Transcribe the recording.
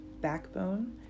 backbone